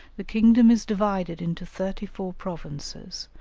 the kingdom is divided into thirty-four provinces,